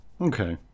Okay